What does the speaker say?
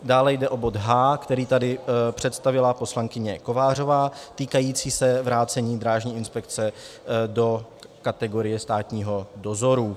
Dále jde o bod H, který tady představila poslankyně Kovářová, týkající se vrácení Drážní inspekce do kategorie státního dozoru.